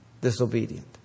disobedient